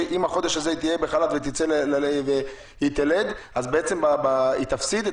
שאם בחודש הזה היא תצא לחל"ת ותלד היא תפסיד את